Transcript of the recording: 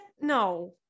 no